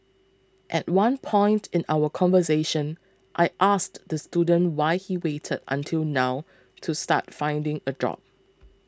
at one point in our conversation I asked the student why he waited until now to start finding a job